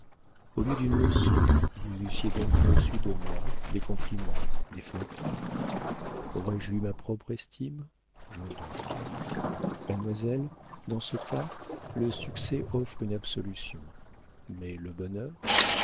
au lieu d'une leçon vous eussiez donc reçu de moi des compliments des flatteries aurais-je eu ma propre estime j'en doute mademoiselle dans ce cas le succès offre une absolution mais le bonheur